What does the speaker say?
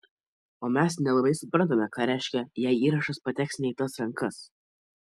o mes nelabai suprantame ką reiškia jei įrašas pateks ne į tas rankas